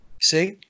See